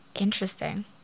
Interesting